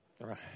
Right